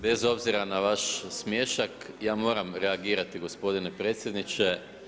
Bez obzira na vaš smiješak ja moram reagirati gospodine predsjedniče.